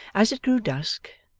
as it grew dusk,